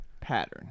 pattern